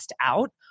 out